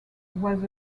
was